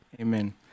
Amen